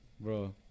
Bro